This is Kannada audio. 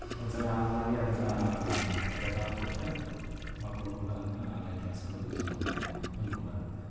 ಒಂದುಸಲ ಆನ್ ಮಾಡಿ ಅದನ್ನ ರೆಕಾರ್ಡ್ ಕೊಟ್ಟರೆ ಮಕ್ಕಳು ಕೂಡ ಅದನ್ನ ಆನ್ಲೈನ್ ಕ್ಲಾಸ್ಗಳಿಗೆ ಯೂಸ್ ಮಾಡ್ಕೊಳೋಕೆ ಅನುಕೂಲ ಆಗುತ್ತೆ